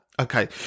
okay